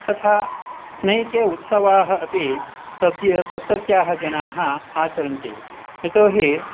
तथा अनेके उत्सवाः अपि तत्र तत्रत्याः जनाः आचरन्ति यतो हि